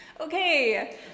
okay